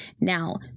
Now